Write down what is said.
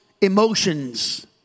emotions